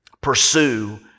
pursue